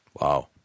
Wow